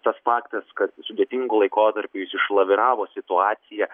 tas faktas kad sudėtingu laikotarpiu jis išlaviravo situaciją